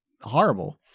horrible